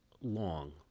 long